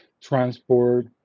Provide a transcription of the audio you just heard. transport